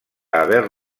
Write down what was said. haver